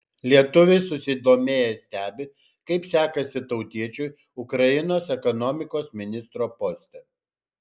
lietuviai susidomėję stebi kaip sekasi tautiečiui ukrainos ekonomikos ministro poste